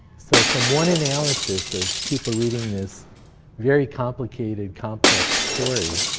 so from one analysis of people reading this very complicated, complex story,